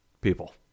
People